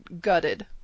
gutted